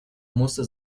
musste